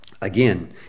Again